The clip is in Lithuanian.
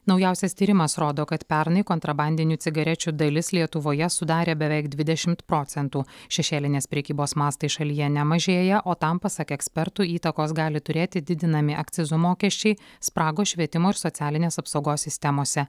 naujausias tyrimas rodo kad pernai kontrabandinių cigarečių dalis lietuvoje sudarė beveik dvidešimt procentų šešėlinės prekybos mastai šalyje nemažėja o tam pasak ekspertų įtakos gali turėti didinami akcizo mokesčiai spragos švietimo ir socialinės apsaugos sistemose